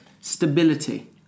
stability